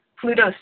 pluto